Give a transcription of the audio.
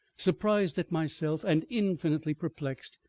surprised at myself, and infinitely perplexed.